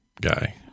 guy